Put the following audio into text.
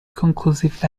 conclusive